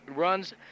runs